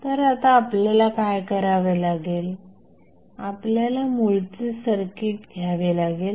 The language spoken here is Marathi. तर आता आपल्याला काय करावे लागेल आपल्याला मूळचे सर्किट घ्यावे लागेल